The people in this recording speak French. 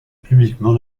publiquement